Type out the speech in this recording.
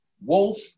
Wolf